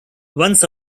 runs